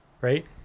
right